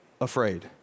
Afraid